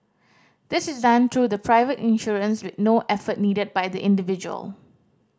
this is done through the private insurers with no effort needed by the individual